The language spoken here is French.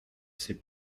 c’est